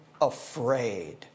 afraid